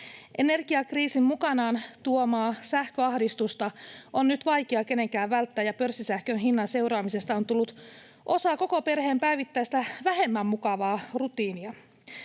Energiakriisin mukanaan tuomaa sähköahdistusta on nyt vaikea kenenkään välttää, ja pörssisähkön hinnan seuraamisesta on tullut osa koko perheen päivittäistä vähemmän mukavaa rutiinia.